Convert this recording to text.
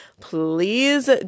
please